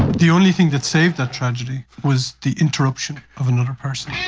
the only thing that saved that tragedy was the interruption of another person.